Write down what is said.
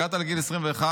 הגעת לגיל 21,